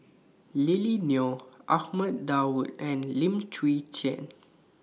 Lily Neo Ahmad Daud and Lim Chwee Chian